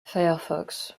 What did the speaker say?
firefox